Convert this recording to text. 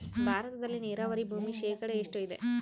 ಭಾರತದಲ್ಲಿ ನೇರಾವರಿ ಭೂಮಿ ಶೇಕಡ ಎಷ್ಟು ಇದೆ?